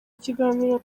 kiganiro